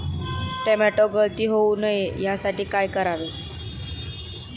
Tomato गळती होऊ नये यासाठी काय करावे?